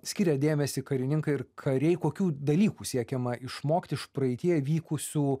skiria dėmesį karininkai ir kariai kokių dalykų siekiama išmokt iš praeityje vykusių